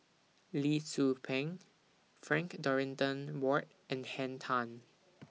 Lee Tzu Pheng Frank Dorrington Ward and Henn Tan